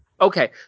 Okay